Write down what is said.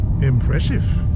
Impressive